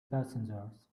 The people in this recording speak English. passengers